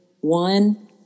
one